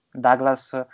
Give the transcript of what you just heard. Douglas